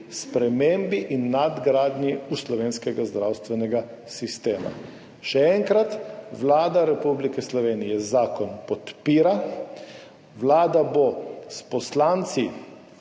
spremembi in nadgradnji slovenskega zdravstvenega sistema. Še enkrat, Vlada Republike Slovenije zakon podpira. Vlada bo s poslanci